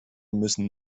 müssen